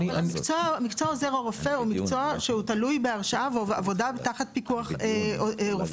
מקצוע עוזר הרופא הוא מקצוע שהוא תלוי בהרשאה ובעבודה תחת פיקוח רופא.